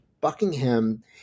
Buckingham